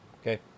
Okay